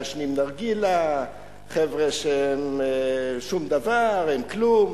מעשנים נרגילה, חבר'ה שהם שום דבר, הם כלום.